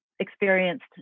experienced